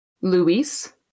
Luis